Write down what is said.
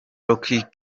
rock